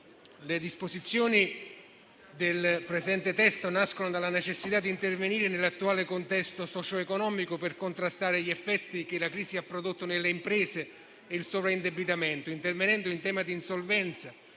le disposizioni del presente testo nascono dalla necessità d'intervenire nell'attuale contesto socio-economico per contrastare gli effetti che la crisi ha prodotto nelle imprese e il sovraindebitamento, intervenendo in tema di insolvenza